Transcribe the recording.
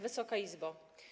Wysoka Izbo!